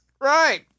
Right